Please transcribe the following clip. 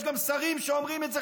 יש גם שרים שאומרים את זה,